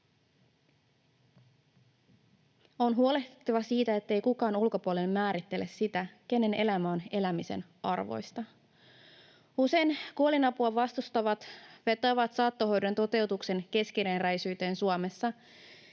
On huolehdittava siitä, ettei kukaan ulkopuolinen määrittele sitä, kenen elämä on elämisen arvoista. Usein kuolinapua vastustavat vetoavat saattohoidon toteutuksen keskeneräisyyteen Suomessa,